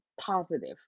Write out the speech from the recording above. positive